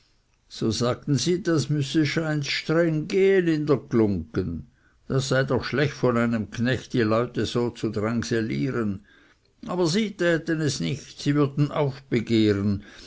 so sagten sie das müsse scheints streng gehen in der glunggen das sei doch schlecht von einem knecht die leute so zu drängselieren aber sie täten es nicht sie würden aufbegehren